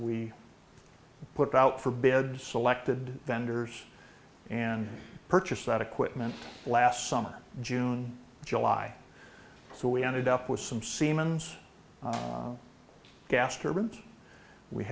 we put out for bid selected vendors and purchased that equipment last summer june july so we ended up with some